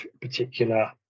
particular